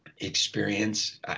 experience